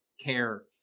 care